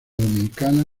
dominicana